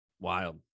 Wild